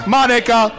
Monica